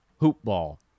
hoopball